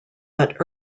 but